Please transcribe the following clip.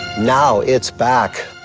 now it's back,